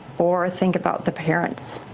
or think about the parents